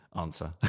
answer